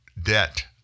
debt